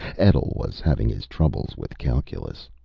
etl was having his troubles with calculus.